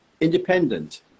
independent